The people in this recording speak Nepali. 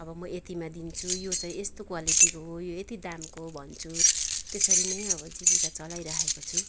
अब म यतिमा दिन्छु यो चाहिँ यस्तो क्वालिटीको हो यो यति दामको हो भन्छु त्यसरी नै अब जीविका चलाइराखेको छु